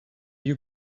you